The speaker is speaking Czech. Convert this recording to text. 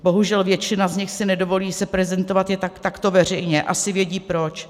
Bohužel většina z nich si nedovolí prezentovat je takto veřejně, asi vědí proč.